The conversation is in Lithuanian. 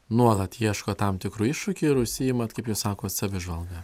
nuolat ieškot tam tikrų iššūkių ir užsiimate kaip jūs sakot savižvalga